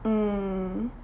mm